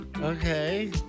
Okay